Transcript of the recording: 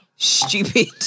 Stupid